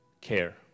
care